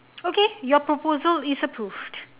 okay your proposal is approved